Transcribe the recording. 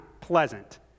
pleasant